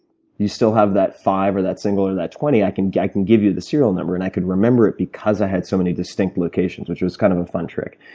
you still have five or that single or that twenty? i can yeah can give you the serial number and i could remember it because i had so many distinct locations, which was kind of a fun trick.